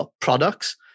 products